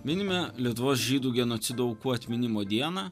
minime lietuvos žydų genocido aukų atminimo dieną